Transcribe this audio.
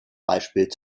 beispiel